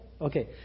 Okay